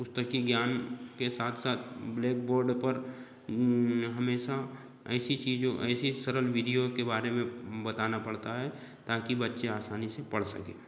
पुस्तकीय ज्ञान के साथ साथ ब्लैकबोर्ड पर हमेशा ऐसी चीज़ों ऐसी सरल विधियों के बारे में बताना पड़ता है ताकि बच्चे आसानी से पढ़ सकें